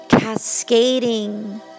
cascading